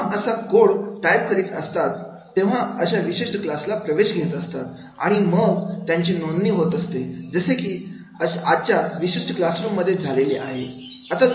जेव्हा ते असा कोड टाईप करीत असतात तेव्हा ते अशा विशिष्ट क्लासला प्रवेश घेत असतात आणि मग त्यांची नोंदणी होते जसे की आजच्या विशिष्ट क्लास रूम मध्ये झालेली आहे